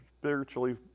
spiritually